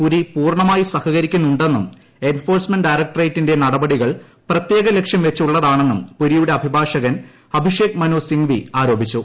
പുരി പൂർണ്ണമായി സഹകരിക്കുന്നുണ്ടെന്നും എൻഫോഴ്സ്മെന്റ് ഡയറക്ട്രേറ്റിന്റെ നടപടികൾ പ്രത്യേക ലക്ഷ്യം വച്ചുള്ളതാണെന്നും പുരിയുടെ അഭിഭാഷകൻ അഭിഷേക് മനു സിങ്വി ആരോപിച്ചു